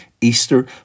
Easter